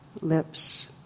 lips